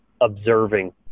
observing